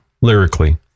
lyrically